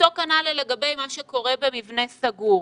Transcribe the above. אותו דבר לגבי מה שקורה במבנה סגור,